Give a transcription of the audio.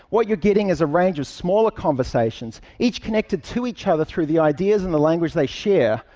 what you're getting is a range of smaller conversations, each connected to each other through the ideas and the language they share,